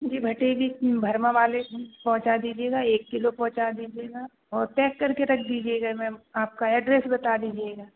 जी भटे की भरमा वाले पहुँचा दीजिएगा एक किलो पहुँचा दीजिएगा और चेक करके रख दीजिएगा मैम आपका एड्रेस बता दीजिएगा